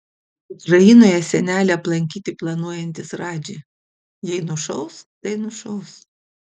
ukrainoje senelį aplankyti planuojantis radži jei nušaus tai nušaus